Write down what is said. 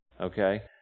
okay